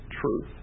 truth